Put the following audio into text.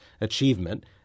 achievement